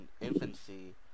infancy